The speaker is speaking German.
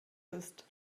ist